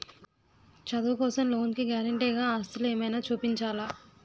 చదువు కోసం లోన్ కి గారంటే గా ఆస్తులు ఏమైనా చూపించాలా?